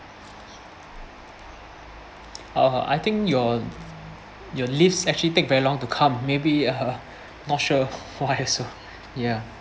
(orh)I think your your lifts actually take very long to come maybe uh not sure why so ya